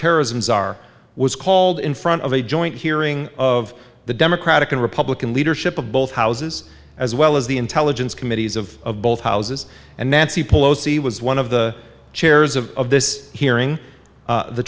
terrorism czar was called in front of a joint hearing of the democratic and republican leadership of both houses as well as the intelligence committees of both houses and nancy pelosi was one of the chairs of of this hearing the t